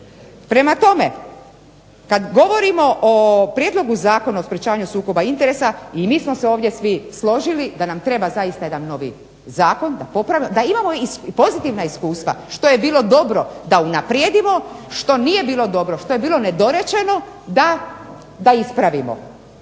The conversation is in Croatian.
Prema tome, kad govorimo o Prijedlogu zakona o sprječavanju sukoba interesa i mi smo se ovdje svi složili da nam treba zaista jedan novi zakon, da imamo pozitivna iskustva što je bilo dobro da unaprijedimo, što nije bilo dobro što je bilo nedorečeno da ispravimo.